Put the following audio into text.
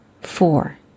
four